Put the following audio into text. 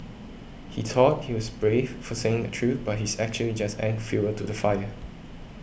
he thought he was brave for saying the truth but he's actually just adding fuel to the fire